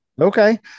Okay